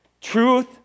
Truth